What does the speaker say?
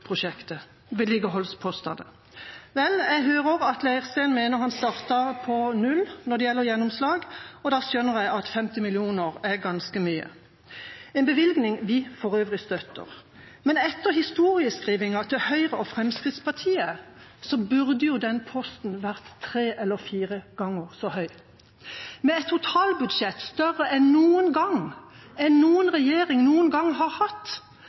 jeg hører at Leirstein mener han startet på null når det gjelder gjennomslag, og da skjønner jeg at 50 mill. kr er ganske mye – en bevilgning vi for øvrig støtter. Men etter historieskrivinga til Høyre og Fremskrittspartiet burde jo denne posten vært tre eller fire ganger så stor. Med et totalbudsjett større enn noen gang – større enn noen regjering noen gang har hatt